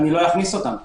לא אכניס אותם,